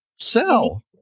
sell